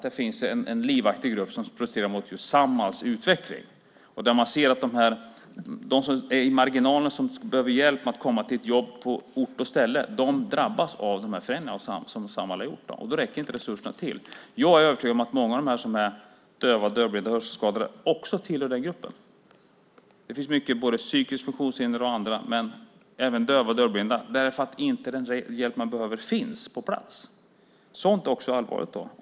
Det finns en livaktig grupp som protesterar mot Samhalls utveckling. De som är i marginalen och behöver hjälp med att komma till ett jobb på ort och ställe drabbas av de förändringar som Samhall har gjort. Då räcker inte resurserna till. Jag är övertygad om att många av dem som är döva, dövblinda och hörselskadade också tillhör den gruppen. Det finns många psykiskt funktionshindrade och andra men även döva och dövblinda, för den hjälp man behöver finns inte på plats. Sådant är också allvarligt.